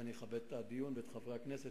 ואני אכבד את הדיון ואת חברי הכנסת,